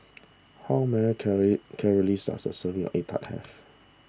how many calories calories does a serving Egg Tart have